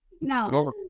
No